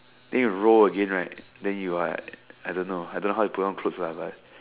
then you roll again right then you're at I don't know I don't know how you put on clothes on lah but